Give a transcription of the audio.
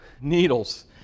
needles